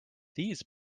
these